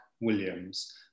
Williams